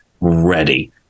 ready